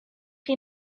chi